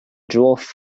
dwarf